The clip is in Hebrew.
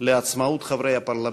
לעצמאות חברי הפרלמנט,